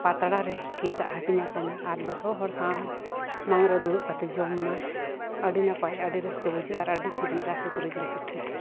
ᱯᱟᱛᱲᱟ ᱨᱮ ᱠᱮᱪᱟᱜ ᱦᱟᱹᱴᱤᱧᱟᱠᱚᱢᱮ ᱟᱨ ᱡᱚᱛᱚ ᱦᱚᱲ ᱥᱟᱶ ᱱᱟᱣᱟ ᱨᱮ ᱫᱩᱲᱩᱵᱽ ᱠᱟᱛᱮᱫ ᱡᱚᱢ ᱢᱮ ᱟᱹᱰᱤ ᱱᱟᱯᱟᱭ ᱟᱹᱰᱤ ᱨᱟᱹᱥᱠᱟᱹ ᱵᱩᱡᱷᱟᱹᱜᱼᱟ ᱟᱨ ᱟᱹᱰᱤ ᱥᱤᱵᱤᱞᱟ ᱥᱩᱠᱨᱤ ᱡᱤᱞ ᱯᱤᱴᱷᱟᱹ